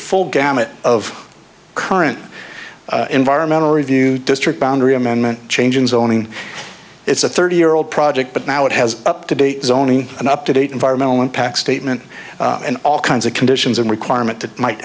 full gamut of current environmental review district boundary amendment changing zoning it's a thirty year old project but now it has up to date zoning and up to date environmental impact statement and all kinds of conditions and requirement that might